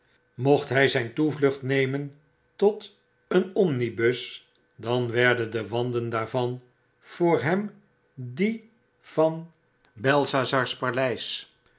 mocht hy zyn toevlucht nemen tot een omnibus dan werden de wanden daarvan voor hem die van belsazar's paleis